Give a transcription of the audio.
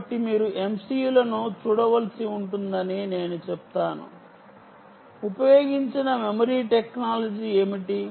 కాబట్టి మీరు MCU లను చూడవలసి ఉంటుందని నేను చెప్తాను ఉపయోగించిన మెమరీ టెక్నాలజీ ఏమిటి